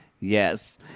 Yes